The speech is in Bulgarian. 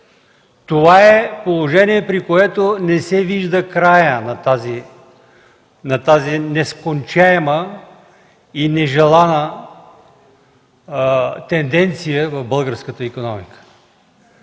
Това е положение, при което не се вижда края на тази нескончаема и нежелана тенденция в българската икономика,